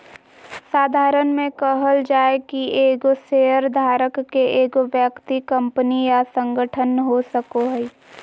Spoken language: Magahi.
साधारण में कहल जाय कि एगो शेयरधारक के एगो व्यक्ति कंपनी या संगठन हो सको हइ